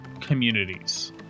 communities